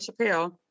Chappelle